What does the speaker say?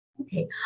Okay